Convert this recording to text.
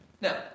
Now